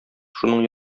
шуның